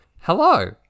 Hello